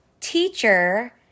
teacher